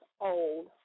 old